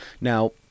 Now